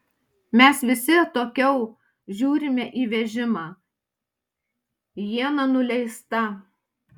mes visi atokiau žiūrime į vežimą iena nuleista